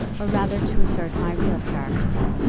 or rather to assert my real character.